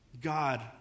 God